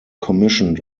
commissioned